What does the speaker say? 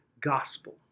gospel